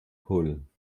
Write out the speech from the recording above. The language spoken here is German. polen